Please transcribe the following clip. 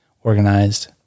organized